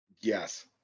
yes